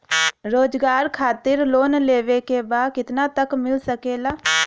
रोजगार खातिर लोन लेवेके बा कितना तक मिल सकेला?